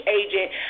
agent